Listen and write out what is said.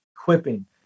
equipping